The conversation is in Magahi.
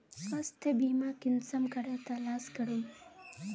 स्वास्थ्य बीमा कुंसम करे तलाश करूम?